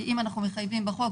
כי אנחנו מחייבים בחוק.